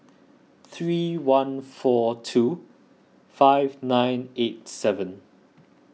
three one four two five nine eight seven